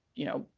you know,